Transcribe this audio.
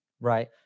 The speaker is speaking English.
right